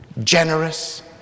Generous